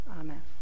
Amen